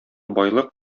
байлык